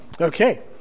Okay